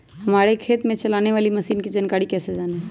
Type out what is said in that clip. हमारे खेत में चलाने वाली मशीन की जानकारी कैसे जाने?